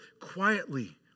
quietly